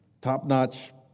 top-notch